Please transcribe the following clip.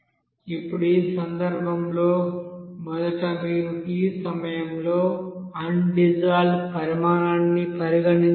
ఇప్పుడు ఈ సందర్భంలో మొదట మీరు t సమయంలో అన్ డిజాల్వ్డ్పరిమాణాన్ని పరిగణించాలి